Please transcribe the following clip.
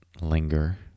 linger